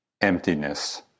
Emptiness